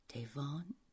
Devon